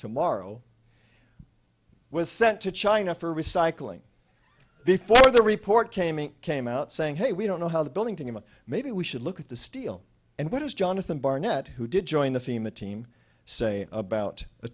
tomorrow was sent to china for recycling before the report came came out saying hey we don't know how the building to him maybe we should look at the steel and what is jonathan barnett who did join the fema team say about